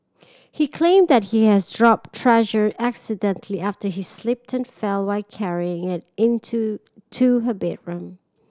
he claimed that he has dropped Treasure accidentally after he slipped fell while carrying it into to her bedroom